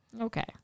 Okay